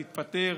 תתפטר.